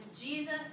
Jesus